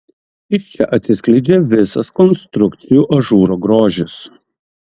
iš čia atsiskleidžia visas konstrukcijų ažūro grožis